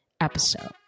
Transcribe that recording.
episode